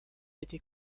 été